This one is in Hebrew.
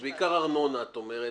אז בעיקר ארנונה את אומרת,